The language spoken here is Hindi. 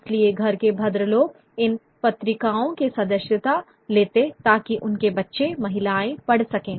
इसलिए घर के भद्रलोक इन पत्रिकाओं की सदस्यता लेते ताकि उनके बच्चे महिलाएं पढ़ सकें